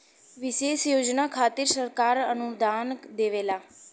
विशेष योजना खातिर सरकार अनुदान देवला